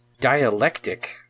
dialectic